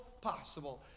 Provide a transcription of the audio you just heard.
possible